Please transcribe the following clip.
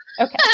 Okay